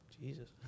Jesus